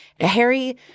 Harry